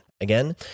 Again